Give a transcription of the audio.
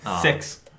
Six